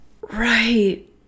Right